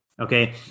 Okay